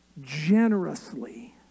generously